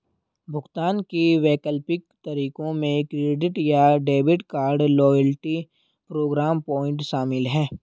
भुगतान के वैकल्पिक तरीकों में क्रेडिट या debit card, loyalty program point शामिल है